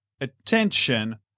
attention